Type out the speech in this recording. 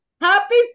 Happy